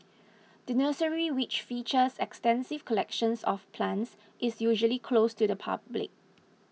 the nursery which features extensive collections of plants is usually closed to the public